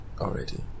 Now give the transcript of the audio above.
already